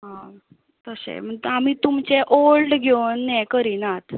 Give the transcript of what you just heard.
आं तशें म्हणटकच आमी तुमचे ओल्ड घेवन हें करिनात